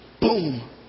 Boom